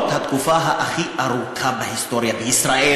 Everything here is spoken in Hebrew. במשך התקופה הכי ארוכה בהיסטוריה בישראל,